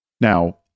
now